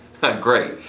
great